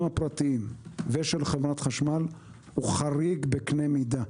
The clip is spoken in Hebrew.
הפרטיים ושל חברת חשמל הוא חריג בקנה מידה.